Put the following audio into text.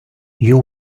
you